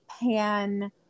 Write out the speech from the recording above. pan